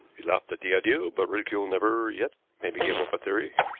he laughed at the idea, but ridicule never yet made me give up a theory.